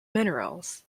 minerals